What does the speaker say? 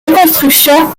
reconstruction